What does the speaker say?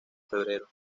febrero